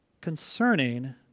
concerning